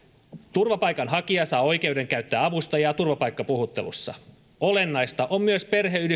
turvapaikanhakija saa oikeuden käyttää avustajaa turvapaikkapuhuttelussa olennaista on myös